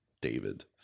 David